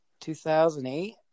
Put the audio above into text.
2008